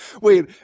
Wait